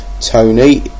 Tony